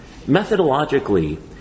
methodologically